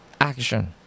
action